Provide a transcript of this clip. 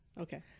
Okay